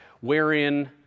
wherein